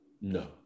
no